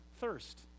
thirst